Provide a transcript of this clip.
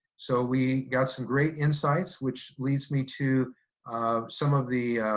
so we got some great insights which leads me to um some of the